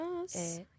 Yes